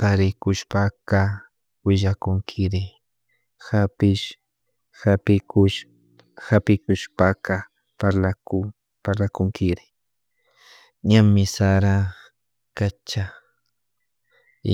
Karikushpaka willakunkiri kapish kapikush kapikushpaka parlaku parlakunkiri ñami sara kacha